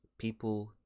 people